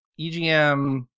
EGM